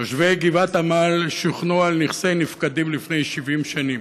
תושבי גבעת עמל שוכנו על נכסי נפקדים לפני 70 שנים.